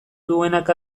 duenak